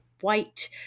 white